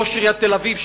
ראש עיריית תל-אביב,